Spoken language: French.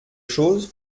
chose